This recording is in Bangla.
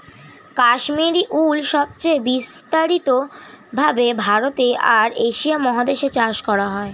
কাশ্মীরি উল সবচেয়ে বিস্তারিত ভাবে ভারতে আর এশিয়া মহাদেশে চাষ করা হয়